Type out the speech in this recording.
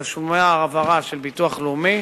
תשלומי ההעברה של ביטוח לאומי,